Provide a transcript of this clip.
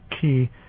key